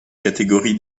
catégorie